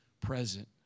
present